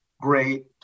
Great